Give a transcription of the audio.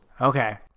Okay